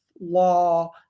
Law